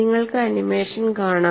നിങ്ങൾക്ക് ആനിമേഷൻ കാണാം